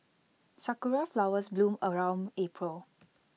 Sakura Flowers bloom around April